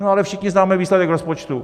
No, ale všichni známe výsledek v rozpočtu.